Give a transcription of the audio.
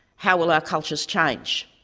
how will our cultures change?